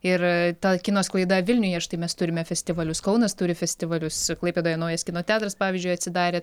ir ta kino sklaida vilniuje štai mes turime festivalius kaunas turi festivalius klaipėdoje naujas kino teatras pavyzdžiui atsidarė